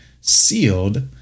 sealed